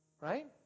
Right